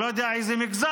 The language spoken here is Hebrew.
אני לא יודע איזה מגזר,